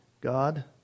God